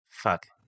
fuck